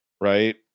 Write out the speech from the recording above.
right